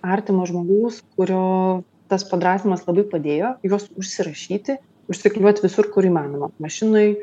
artimo žmogaus kurio tas padrąsinimas labai padėjo juos užsirašyti užsiklijuot visur kur įmanoma mašinoj